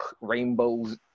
rainbows